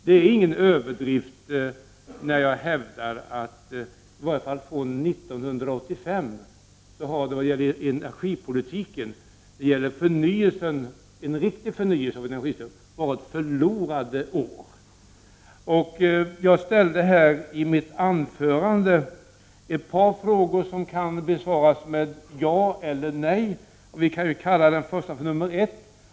Det är ingen överdrift att hävda att i varje fall åren efter 1985 har varit förlorade år när det gällt en förnyelse av energipolitiken. I mitt första anförande ställde jag ett par frågor, som kan besvaras med ja eller nej. Vi kan kalla den första för nr 1.